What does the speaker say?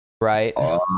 right